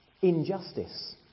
Injustice